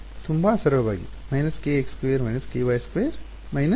ತುಂಬಾ ಸರಳವಾಗಿ − kx2 − ky2 − kz2